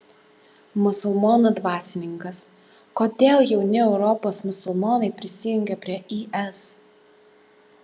musulmonų dvasininkas kodėl jauni europos musulmonai prisijungia prie is